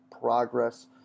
progress